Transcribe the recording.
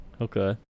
Okay